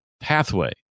Pathway